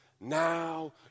now